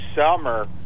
summer